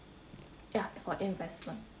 ya for investment